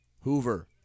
Hoover